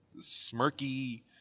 smirky